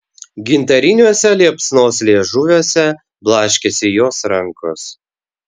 gintariniuose liepsnos liežuviuose blaškėsi jos rankos